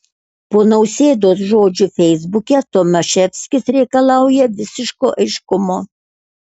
po nausėdos žodžių feisbuke tomaševskis reikalauja visiško aiškumo